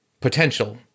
potential